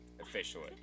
Officially